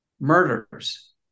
murders